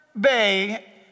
Bay